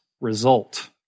result